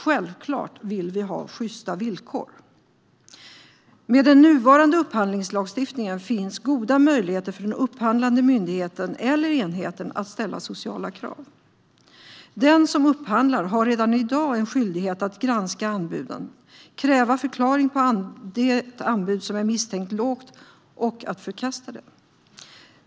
Självklart vill vi ha sjysta villkor. Med den nuvarande upphandlingslagstiftningen finns goda möjligheter för den upphandlande myndigheten eller enheten att ställa sociala krav. Den som upphandlar har redan i dag en skyldighet att granska anbuden, kräva förklaring på det anbud som är misstänkt lågt och förkasta det.